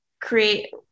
create